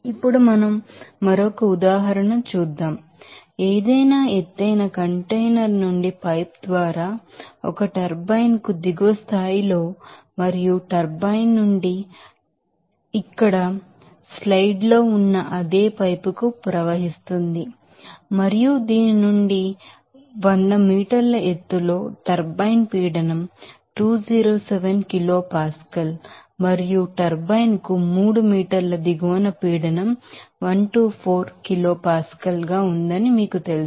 ఇప్పుడు మనం మరొక ఉదాహరణ చేద్దాం ఏదైనా ఎత్తైన కంటైనర్ నుండి పైపు ద్వారా ఒక టర్బైన్ కు దిగువ స్థాయిలో మరియు టర్బైన్ నుండి టర్బైన్ నుండి ఇక్కడ స్లైడ్ లో ఉన్న అదే పైపుకు ప్రవహిస్తుంది మరియు దీని నుండి 100 మీటర్ల ఎత్తులో టర్బైన్ ప్రెషర్ 207 కిలో పాస్కల్ మరియు టర్బైన్ కు 3 మీటర్ల దిగువన పీడనం 124 కిలో పాస్కల్ గా ఉందని మీకు తెలుసు